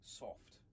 soft